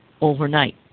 overnight